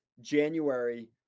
January